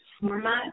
format